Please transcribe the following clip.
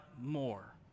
more